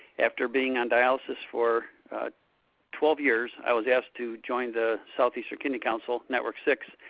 after being on dialysis for twelve years, i was asked to join the southeastern kidney council, network six,